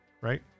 right